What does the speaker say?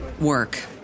work